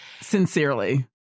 Sincerely